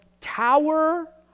Tower